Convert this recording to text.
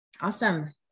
Awesome